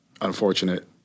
unfortunate